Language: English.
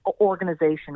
organization